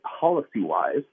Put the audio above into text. policy-wise